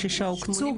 86 הוקצו,